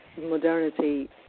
modernity